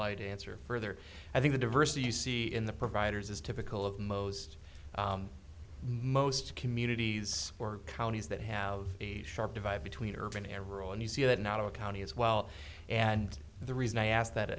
light answer further i think the diversity you see in the providers is typical of most most communities or counties that have a sharp divide between urban and rural and you see it not a county as well and the reason i asked that